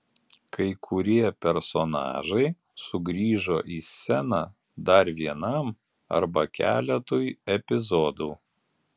kai kurie personažai sugrįžo į sceną dar vienam arba keletui epizodų